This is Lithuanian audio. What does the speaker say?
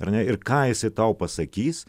ar ne ir ką jisai tau pasakys